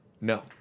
No